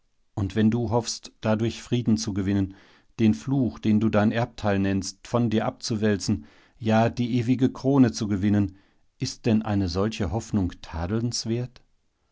und wenn du hofftest dadurch frieden zu gewinnen den fluch den du dein erbteil nennst von dir abzuwälzen ja die ewige krone zu gewinnen ist denn eine solche hoffnung